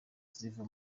ziva